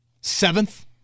Seventh